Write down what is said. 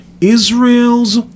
israel's